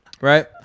Right